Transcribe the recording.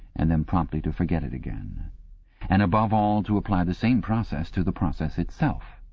and then promptly to forget it again and above all, to apply the same process to the process itself.